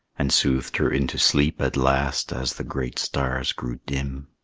and soothed her into sleep at last as the great stars grew dim.